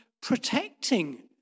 protecting